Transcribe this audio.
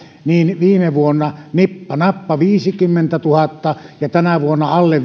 niin viime vuonna nippa nappa viisikymmentätuhatta ja tänä vuonna alle